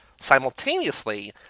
simultaneously